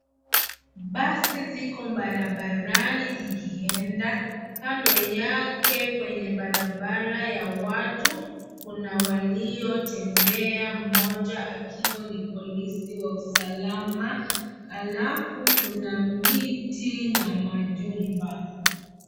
Basi ziko barabarani zikienda. Kando yake kwenye barabara ya watu kuna waliotembea mmoja akiwa ni polisi wa usalama alafu kuna miti na majumba